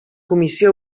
comissió